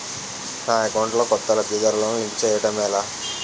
నా అకౌంట్ లో కొత్త లబ్ధిదారులను లింక్ చేయటం ఎలా?